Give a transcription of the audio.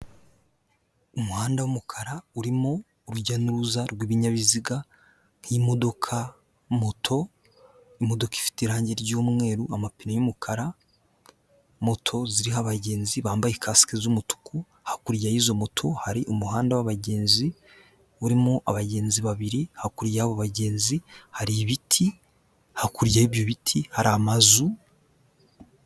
Umuhanda w'umukara urimo urujya n'uruza rw'ibinyabiziga nk'imodoka, moto, imodoka ifite irangi ry'umweru, amapine y'umukara, moto ziriho abagenzi bambaye kasike z'umutuku, hakurya y'izo moto hari umuhanda w'abagenzi urimo abagenzi babiri, hakurya y'abo bagenzi hari ibiti, hakurya y'ibyo biti hari amazu.